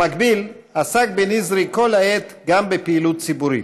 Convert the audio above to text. במקביל, עסק בן-יזרי כל העת גם בפעילות ציבורית: